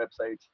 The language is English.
websites